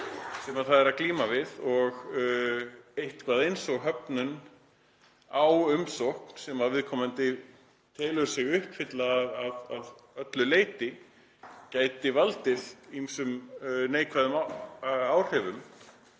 sem það er að glíma við og eitthvað eins og höfnun á umsókn sem viðkomandi telur sig uppfylla að öllu leyti gæti valdið ýmsum neikvæðum áhrifum